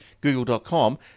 Google.com